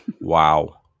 Wow